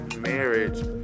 marriage